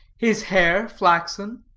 his hair flaxen,